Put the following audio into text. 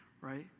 right